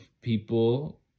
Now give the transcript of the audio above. people